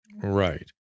Right